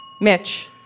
Mitch